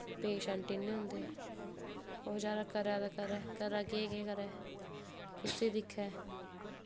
patient इन्ने होंदे ओह् बचैरा करै ते करै करै केह् केह् करै कुस्सी दिक्खै